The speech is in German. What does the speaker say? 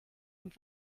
und